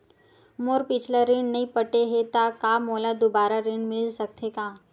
मोर पिछला ऋण नइ पटे हे त का मोला दुबारा ऋण मिल सकथे का?